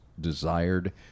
desired